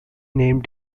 name